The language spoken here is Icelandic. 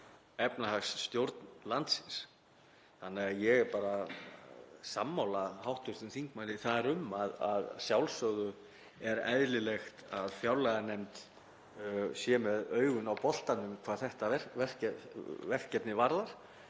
efnahagsstjórn landsins. Þannig að ég er bara sammála hv. þingmanni. Að sjálfsögðu er eðlilegt að fjárlaganefnd sé með augun á boltanum hvað þetta verkefni varðar,